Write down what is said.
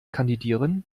kandidieren